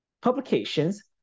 publications